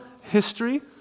history